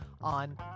on